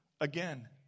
again